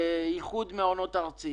איחוד המעונות הארצי.